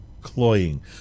cloying